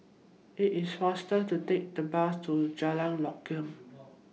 IT IS faster to Take The Bus to Jalan Lokam